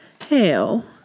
Hell